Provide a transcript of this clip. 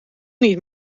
niet